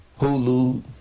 Hulu